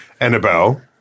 Annabelle